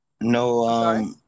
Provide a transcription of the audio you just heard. No